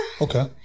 Okay